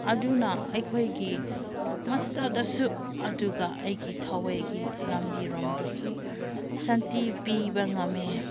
ꯑꯗꯨꯅ ꯑꯩꯈꯣꯏꯒꯤ ꯃꯁꯥꯗꯁꯨ ꯑꯗꯨꯒ ꯑꯩꯒꯤ ꯊꯋꯥꯏꯒꯤ ꯂꯝꯕꯤꯔꯣꯝꯗꯁꯨ ꯁꯥꯟꯇꯤ ꯄꯤꯕ ꯉꯝꯃꯦ